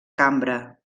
cambra